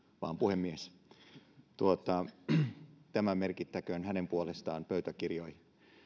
vaan puhemies tämä merkittäköön hänen puolestaan pöytäkirjoihin